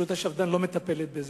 רשות השפד"ן או מישהו אחר לא מטפל בזה,